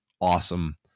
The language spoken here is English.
awesome